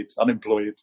unemployed